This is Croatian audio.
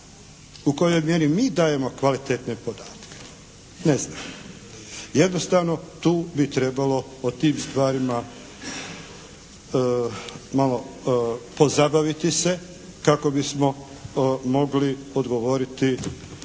U kojoj mjeri mi dajemo kvalitetne podatke? Ne znam. Jednostavno tu bi trebalo o tim stvarima malo pozabaviti se kako bismo mogli odgovoriti cijeloj